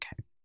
Okay